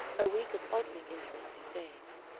a week of oddly interesting days.